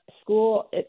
school